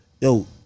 Yo